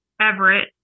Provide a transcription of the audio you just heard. Everett